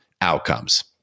outcomes